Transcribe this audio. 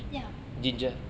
ya